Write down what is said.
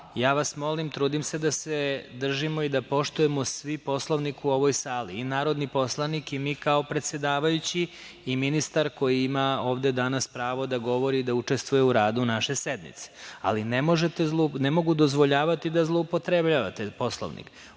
vas, trudim se da se držimo i da poštujemo svi Poslovnik u ovoj sali, i narodni poslanik i mi kao predsedavajući, i ministar koji ima ovde danas pravo da govori da učestvuje u radu naše sednice, ali ne mogu dozvoljavati da zloupotrebljavate Poslovnik. Opomenuo